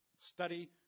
study